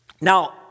Now